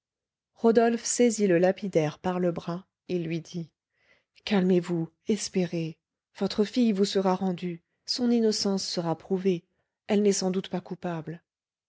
rodolphe saisit le lapidaire par le bras et lui dit calmez-vous espérez votre fille vous sera rendue son innocence sera prouvée elle n'est sans doute pas coupable